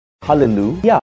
Hallelujah